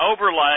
overlay